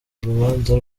urubanza